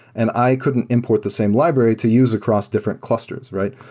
and i couldn't import the same library to use across different clusters, right?